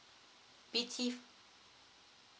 B_T